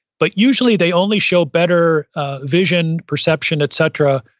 but usually they only show better vision perception, et cetera,